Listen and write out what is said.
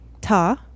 Ta